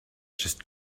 just